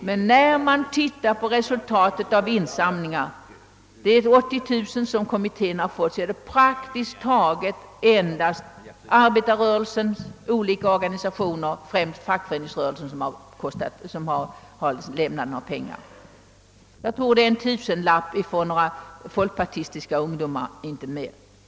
Men ser man på resultatet av insamlingarna — kommittén har fått in 80 000 kronor — finner man att det praktiskt taget endast är arbetarrörelsens egna organisationer, främst fackföreningsrörelsen, som har lämnat pengar. Jag tror det också kom en tusenlapp från några folkpartistiska ungdomar, inte mera.